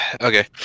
Okay